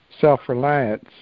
self-reliance